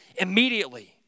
immediately